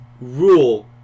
rule